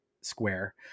Square